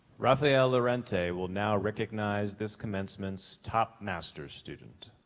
rafael lorente will now recognize this commencement's top master's student.